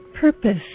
purpose